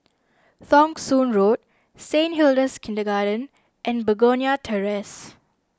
Thong Soon Road Saint Hilda's Kindergarten and Begonia Terrace